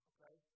Okay